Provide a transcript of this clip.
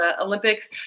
Olympics